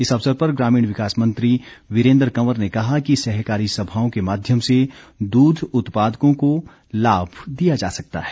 इस अवसर पर ग्रमीण विकास मंत्री वीरेन्द्र कंवर ने कहा कि सहकारी सभाओं के माध्यम से दूध उत्पादकों को लाभ दिया जा सकता है